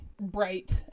bright